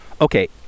Okay